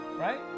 right